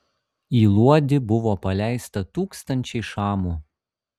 į luodį buvo paleista tūkstančiai šamų